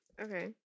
Okay